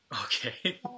Okay